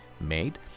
made